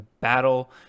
battle